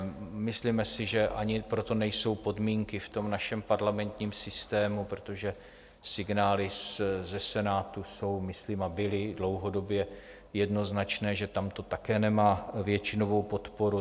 Myslíme si, že ani pro to nejsou podmínky v našem parlamentním systému, protože signály ze Senátu jsou, a myslím byly dlouhodobě, jednoznačné, že tam to také nemá většinovou podporu.